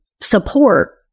support